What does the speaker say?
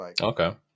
Okay